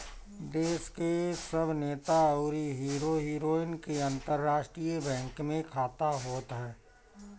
देस के सब नेता अउरी हीरो हीरोइन के अंतरराष्ट्रीय बैंक में खाता होत हअ